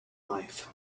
life